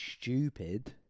stupid